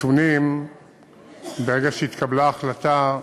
ברגע שהתקבלה החלטה,